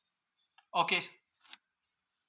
okay